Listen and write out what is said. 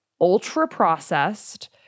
ultra-processed